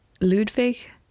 Ludvig